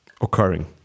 occurring